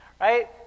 right